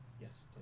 Yes